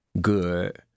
good